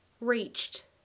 reached